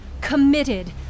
committed